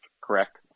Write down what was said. Correct